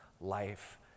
life